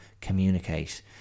communicate